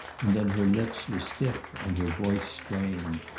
and then her lips were stiff and her voice strained.